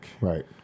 Right